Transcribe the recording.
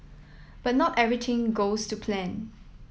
but not everything goes to plan